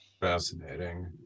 Fascinating